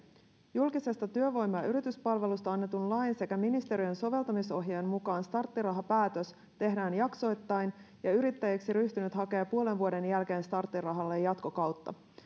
julkisesta työvoima ja ja yrityspalvelusta annetun lain sekä ministeriön soveltamisohjeen mukaan starttirahapäätös tehdään jaksoittain ja yrittäjäksi ryhtynyt hakee puolen vuoden jälkeen starttirahalle jatkokautta